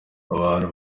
abantu